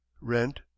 rent